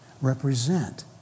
represent